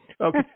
Okay